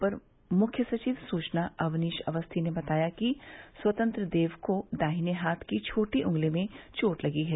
अपर मुख्य सचिव सुचना अवनीश अवस्थी ने बताया कि स्वतंत्र देव को दाहिने हाथ की छोटी उंगली में चोट लगी है